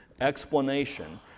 explanation